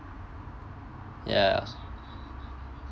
ya